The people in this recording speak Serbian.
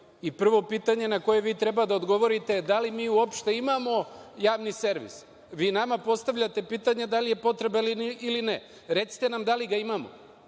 Prvo pitanje na koje vi treba da odgovorite – da li mi uopšte imamo Javni servis? Vi nama postavljate pitanja – da li je potreban ili ne? Recite nam da li ga imamo